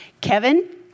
Kevin